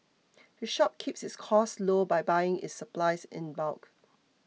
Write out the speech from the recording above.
the shop keeps its costs low by buying its supplies in bulk